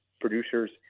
producers